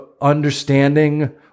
understanding